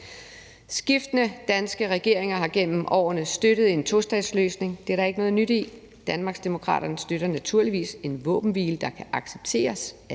Skiftende danske regeringer har gennem årene støttet en tostatsløsning – det er der ikke noget nyt i. Danmarksdemokraterne støtter naturligvis en våbenhvile, der kan accepteres